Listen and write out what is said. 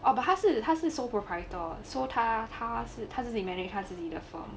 but 他是他是 sole proprietor so 他他是他自己 manage 他自己 the firm